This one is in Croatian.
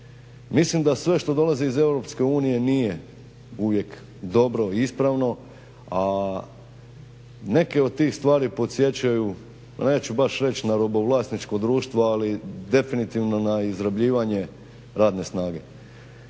Mislim da sve što dolazi iz EU nije uvijek dobro i ispravno, a neke od tih stvari podsjećaju neću baš reći na robovlasničko društvo, ali definitivno na izrabljivanje radne snage.